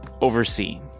oversee